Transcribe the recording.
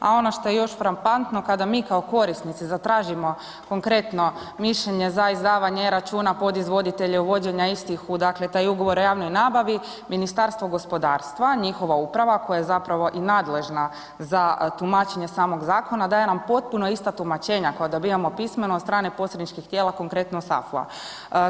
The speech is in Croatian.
A ono što je još frapantno kada mi kao korisnici zatražimo konkretno mišljenje za izdavanje e-računa, podizvoditelje, uvođenja istih u, dakle u taj Ugovor o javnoj nabavi, Ministarstvo gospodarstva, njihova uprava koja je zapravo i nadležna za tumačenje samog zakona daje nam potpuno ista tumačenja koja dobijamo pismeno od strane posredničkih tijela, konkretno SAFU-a.